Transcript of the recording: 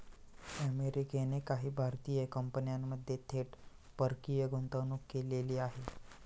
अमेरिकेने काही भारतीय कंपन्यांमध्ये थेट परकीय गुंतवणूक केलेली आहे